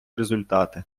результати